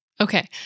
Okay